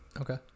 Okay